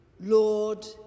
Lord